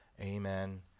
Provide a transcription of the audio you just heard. Amen